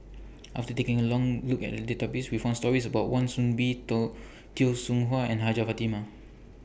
after taking A Long Look At The Database We found stories about Wan Soon Bee to Teo Soon Chuan and Hajjah Fatimah